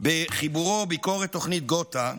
בחיבורו "ביקורת תוכנית גותהא":